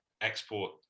export